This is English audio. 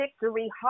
victory